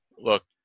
look